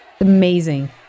Amazing